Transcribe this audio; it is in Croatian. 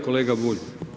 kolega Bulj.